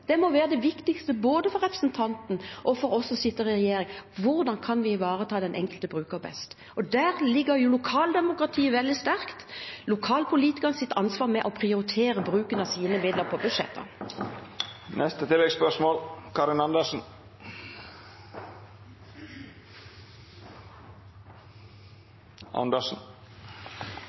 Det må være det viktigste både for representanten og for oss som sitter i regjering. Hvordan kan vi ivareta den enkelte bruker best? Der står lokaldemokratiet veldig sterkt – lokalpolitikernes ansvar med å prioritere bruken av sine midler i budsjettene. Karin Andersen